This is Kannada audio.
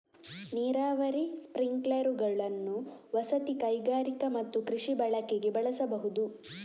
ನೀರಾವರಿ ಸ್ಪ್ರಿಂಕ್ಲರುಗಳನ್ನು ವಸತಿ, ಕೈಗಾರಿಕಾ ಮತ್ತು ಕೃಷಿ ಬಳಕೆಗೆ ಬಳಸಬಹುದು